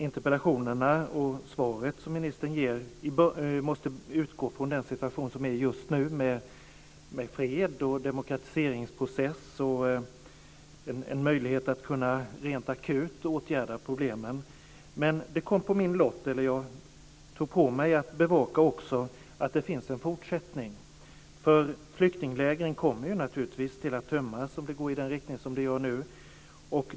Interpellationerna och det svar som ministern ger måste utgå från den situation som råder just nu med fred, demokratiseringsprocess och en möjlighet att rent akut åtgärda problemen. Men jag har tagit på mig att bevaka att det också finns en fortsättning. Flyktinglägren kommer naturligtvis att tömmas om det går i den riktning som det gör nu.